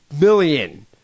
million